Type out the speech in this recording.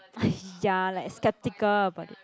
!aiya! like a skeptical about it